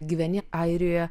gyveni airijoje